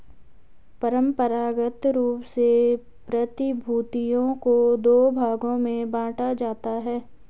परंपरागत रूप से प्रतिभूतियों को दो भागों में बांटा जाता है